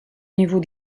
niveau